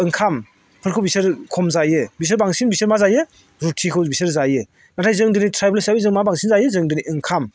ओंखामफोरखौ बिसोर खम जायो बिसोर बांसिन बिसोर मा जायो रुथिखौ बिसोरो जायो नाथाय जों दिनै ट्रायबेल हिसाबै जों मा बांसिन जायो जों दिनै ओंखाम